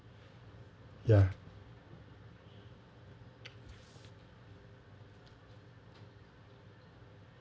ya